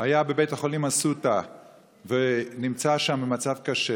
היה בבית החולים אסותא ונמצא שם במצב קשה.